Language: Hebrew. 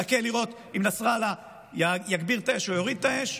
מחכה לראות אם נסראללה יגביר את האש או יוריד את האש,